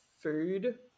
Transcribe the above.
food